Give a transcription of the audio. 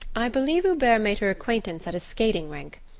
i believe hubert made her acquaintance at a skating rink.